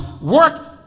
work